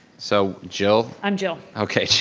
so jill. i'm jill. okay, jill,